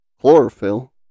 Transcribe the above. Chlorophyll